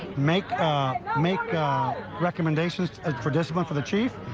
make make recommendation ah for discipline for the chief,